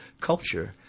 culture